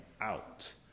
out